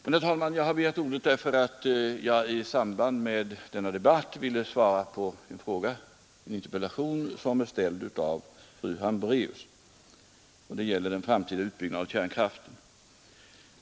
Men, herr talman, jag har begärt ordet för att i samband med denna debatt svara på en interpellation som framställts av fru Hambraeus angående den framtida utbyggnaden av kärnkraften.